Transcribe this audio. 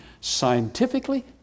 Scientifically